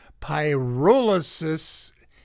pyrolysis